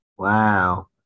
Wow